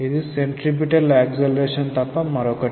ఇది centripetal acceleration తప్ప మరొకటి కాదు